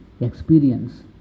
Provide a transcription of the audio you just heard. experience